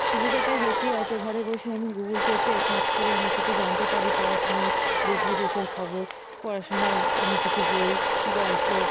সুবিধাটাই বেশি আছে ঘরে বসে আমি গুগল পেতে সার্চ করে অনেক কিছু জানতে পারি পড়াশোনার দেশ বিদেশের খবর পড়াশোনার অনেক কিছু বই গল্প